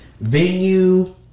venue